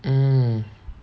mm